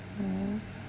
oh